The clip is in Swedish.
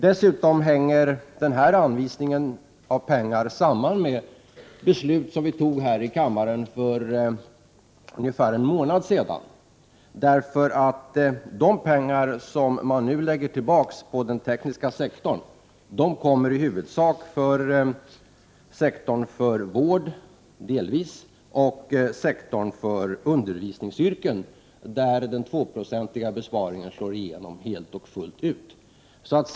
Dessutom hänger denna anvisning av pengar samman med beslut som vi fattade här i kammaren för ungefär en månad sedan. De pengar som man nu lägger tillbaka på den tekniska sektorn kommer nämligen huvudsakligen dels från sektorn för vård, dels från sektorn för undervisningsyrken, där den 2-procentiga besparingen slår igenom fullt ut.